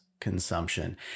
consumption